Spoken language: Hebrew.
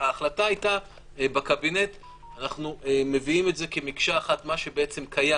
וההחלטה הייתה בקבינט שאנחנו מביאים כמקשה אחת את מה שקיים,